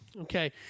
okay